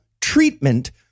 treatment